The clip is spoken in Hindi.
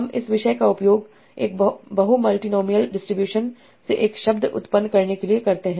हम इस विषय का उपयोग एक मल्टीनोमिअल डिस्ट्रीब्यूशन से एक शब्द उत्पन्न करने के लिए करते हैं